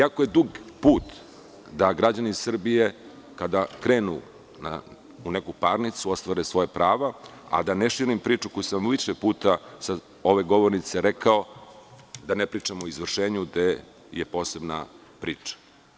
Jako je dug put da građani Srbije, kada krenu u neku parnicu, da ostvare svoja prava a da ne širim priču koju sam više puta sa ove govornice rekao, da ne pričam o izvršenju, gde je posebna priča.